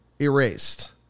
erased